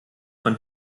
von